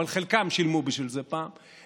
אבל חלקם שילמו בשביל זה פעם.